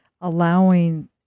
allowing